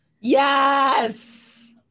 Yes